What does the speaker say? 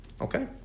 Okay